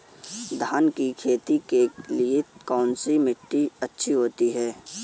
धान की खेती के लिए कौनसी मिट्टी अच्छी होती है?